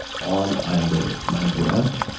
on either my breath